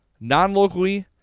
non-locally